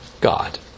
God